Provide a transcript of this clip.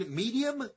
medium